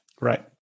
Right